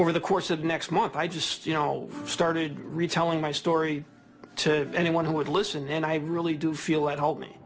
over the course of next month i just you know started retelling my story to anyone who would listen and i really do feel at h